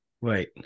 Right